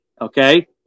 Okay